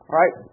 right